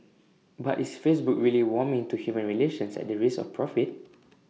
but is Facebook really warming to human relations at the risk of profit